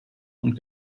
und